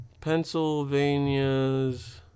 Pennsylvania's